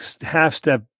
half-step